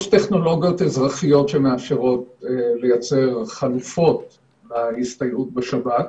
יש טכנולוגיות אזרחיות שמאפשרות לייצר חלופות להסתייעות בשב"כ.